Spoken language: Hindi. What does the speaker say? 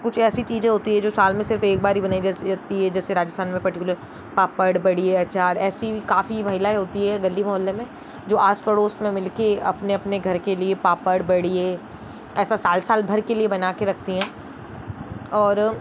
कुछ ऐसी चीजें होती हैं जो साल में सिर्फ एक बार ही मनाई जाती हैं जैसे राजस्थान में पर्टीक्यूलर पापड़ बड़ी आचार ऐसी काफ़ी महिलाएं होती हैं गली मोहल्ले में जो आस पड़ोस में मिल कर अपने अपने घर के लिए पापड़ बड़ीयें ऐसा साल साल भर के लिए बना के रखती हैं और